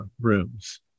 rooms